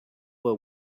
were